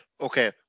Okay